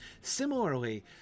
Similarly